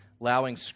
allowing